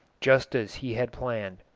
just as he had planned.